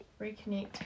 reconnect